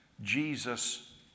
Jesus